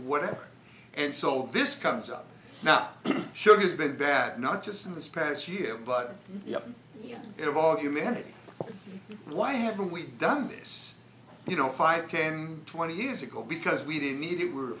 whatever and so this comes up now should this be bad not just in this past year but of all humanity why haven't we done this you know five ten twenty years ago because we didn't need it we're